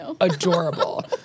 adorable